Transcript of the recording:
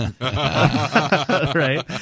Right